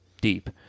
deep